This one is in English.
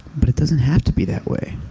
but it doesn't have to be that way.